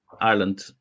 Ireland